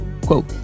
Quote